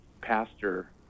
pastor